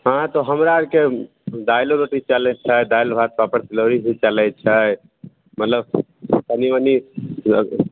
हाँ तऽ हमरा आरके दालिओ रोटी चलैत छै दालि भात पापड़ तिलौड़ी भी चलैत छै मतलब कनि मनि